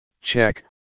check